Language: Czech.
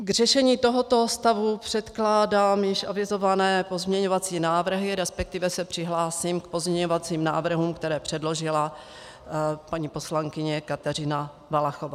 K řešení tohoto stavu předkládám již avizované pozměňovací návrhy, resp. se přihlásím k pozměňovacím návrhům, které předložila paní poslankyně Kateřina Valachová.